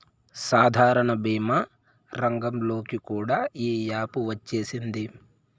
సాధారణ భీమా రంగంలోకి కూడా ఈ యాపు వచ్చేసింది